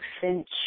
finch